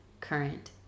current